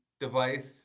device